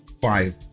five